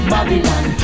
Babylon